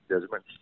judgment